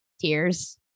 tears